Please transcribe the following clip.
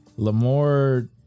L'amour